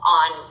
on